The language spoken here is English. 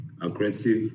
aggressive